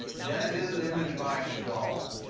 that is an image by chagall.